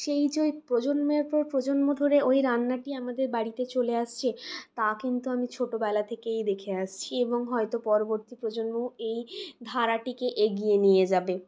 সেই যে প্রজন্মের পর প্রজন্ম ধরে ওই রান্নাটি আমাদের বাড়িতে চলে আসছে তা কিন্তু আমি ছোটোবেলা থেকেই দেখে আসছি এবং হয়ত পরবর্তী প্রজন্ম এই ধারাটিকে এগিয়ে নিয়ে যাবে